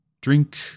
drink